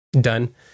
done